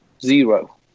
Zero